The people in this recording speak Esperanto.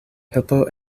helpo